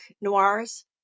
noirs